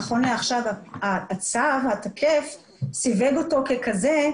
נכון לעכשיו הצו התקף סיווג אותו ככזה,